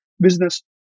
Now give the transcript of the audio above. business